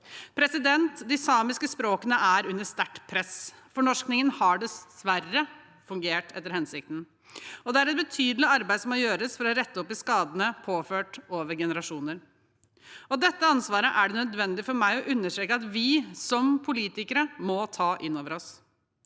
rapporten. De samiske språkene er under sterkt press. Fornorskingen har dessverre fungert etter hensikten, og det er et betydelig arbeid som må gjøres for å rette opp skadene påført over generasjoner. Dette ansvaret er det nødvendig for meg å understreke at vi som politikere må ta inn over oss.